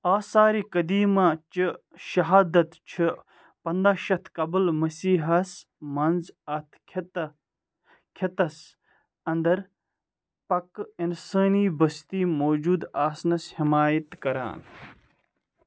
آثار قدیمہ چہِ شہادتہٕ چھِ پَنداہ شیٚتھ قبل مسیح ہس منٛز اتھ خِطس خٕطس اندِ پكہِ انسٲنی بستی موجوُد آسنس حیمایت كران